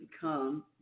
become